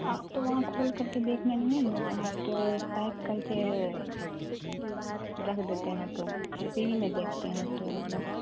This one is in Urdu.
آپ تو وہاں کھول کر کے دیکھنے نہیں ان دیتے ہیں آپ تو پیک کر کے رکھ دیتے ہیں تو گھر پہ ہی نہیں دیکھتے ہیں تو وہاں